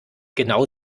genau